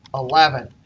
eleven.